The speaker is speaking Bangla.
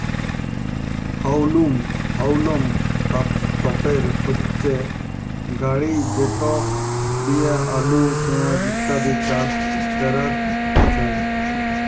হাউলম তপের হচ্যে গাড়ি যেট লিয়ে আলু, পেঁয়াজ ইত্যাদি চাস ক্যরাক যায়